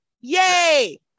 yay